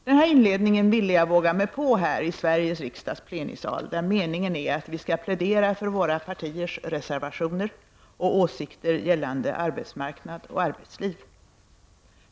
Den här inledningen ville jag våga mig på här i Sveriges riksdags plenisal, där meningen är att vi skall plädera för våra partiers reservationer och åsikter gällande arbetsmarknad och arbetsliv.